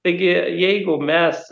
taigi jeigu mes